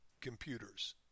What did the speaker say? computers